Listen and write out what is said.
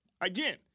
Again